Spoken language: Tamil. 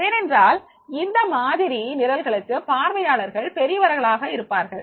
ஏனென்றால் இந்த மாதிரி நிரல்களுக்கு பார்வையாளர்கள் பெரியவர்களாக இருப்பார்கள்